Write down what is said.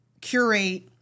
curate